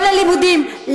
לא ללימודים,